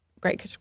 great